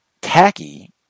tacky